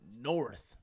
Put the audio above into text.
North